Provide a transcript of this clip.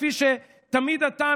כפי שתמיד אתה,